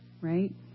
right